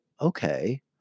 okay